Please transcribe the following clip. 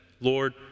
Lord